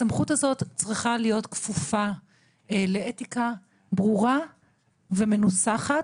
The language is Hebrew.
הסמכות הזאת צריכה להיות כפופה לאתיקה ברורה ומנוסחת,